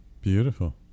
Beautiful